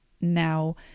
Now